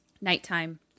Nighttime